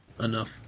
enough